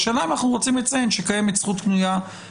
האלה אם אנחנו רוצים לציין שקיימת זכות לנאשם